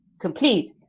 complete